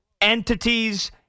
entities